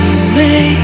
away